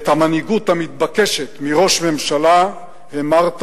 ואת המנהיגות המתבקשת מראש ממשלה המרת